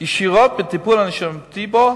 ישירות בטיפול הנשימתי בו,